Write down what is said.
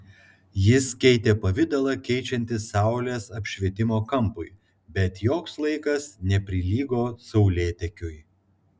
jis keitė pavidalą keičiantis saulės apšvietimo kampui bet joks laikas neprilygo saulėtekiui